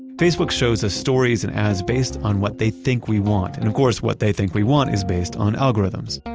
facebook shows us stories and ads based on what they think we want, and of course, what they think we want is based on algorithms.